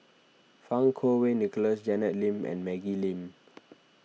Fang Kuo Wei Nicholas Janet Lim and Maggie Lim